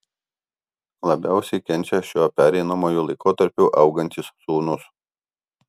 labiausiai kenčia šiuo pereinamuoju laikotarpiu augantys sūnūs